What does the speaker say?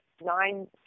nine